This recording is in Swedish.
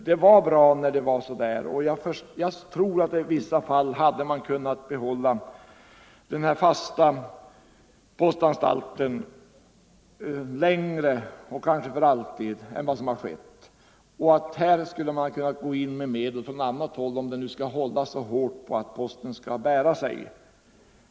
Det var bra med fasta postanstalter, och jag tror att man i vissa fall kunnat behålla postanstalten längre än som skett och kanske för alltid. Här skulle man kunnat gå in med medel från annat håll om 85 det nu skall hållas så hårt på att posten skall bära sig.